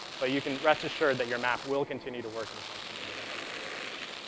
but you can rest assured that your map will continue to work and function with internet explorer six.